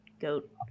Goat